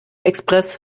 express